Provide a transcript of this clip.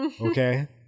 Okay